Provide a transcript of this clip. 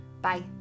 Bye